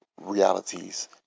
realities